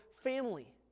family